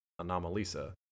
Anomalisa